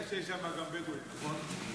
ראית שיש גם בדואים, נכון?